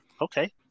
Okay